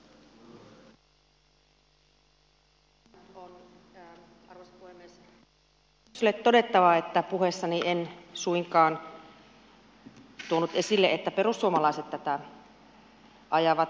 minun on arvoisa puhemies edustaja heinoselle todettava että puheessani en suinkaan tuonut esille että perussuomalaiset tätä ajavat